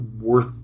worth